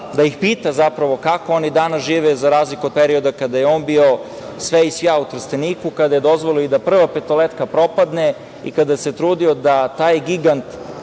da ih pita kako oni danas žive, za razliku od perioda kada je on bio sve i svja u Trsteniku, kada je dozvolio i da Prva petoljetka propadne i kada se trudio da taj gigant